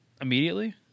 immediately